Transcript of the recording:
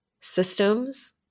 systems